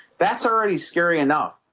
that's already scary enough.